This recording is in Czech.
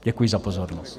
Děkuji za pozornost.